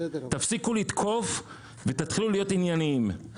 תפסיקו לתקוף ותתחילו להיות ענייניים.